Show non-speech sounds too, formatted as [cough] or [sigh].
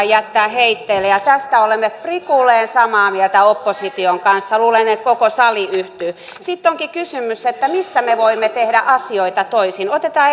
[unintelligible] jättää heitteille tästä olemme prikulleen samaa mieltä opposition kanssa luulen että koko sali yhtyy tähän sitten onkin kysymys että missä me voimme tehdä asioita toisin otetaan [unintelligible]